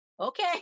okay